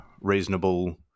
reasonable